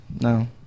No